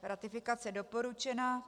Ratifikace doporučena.